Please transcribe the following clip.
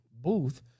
booth